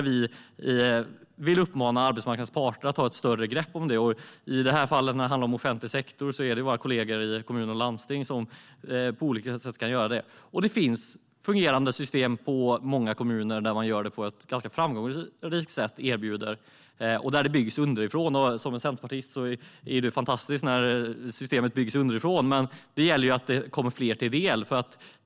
Vi vill uppmana arbetsmarknadens parter att ta ett större grepp om det. När det handlar om offentlig sektor är det våra kollegor i kommuner och landsting som på olika sätt kan göra det. Det finns fungerande system i många kommuner där man gör det på ett ganska framgångsrikt sätt och där det byggs underifrån. Som centerpartist tycker jag att det är fantastiskt när systemet byggs underifrån. Men det gäller att det kommer fler till del.